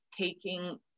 taking